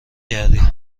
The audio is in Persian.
کردی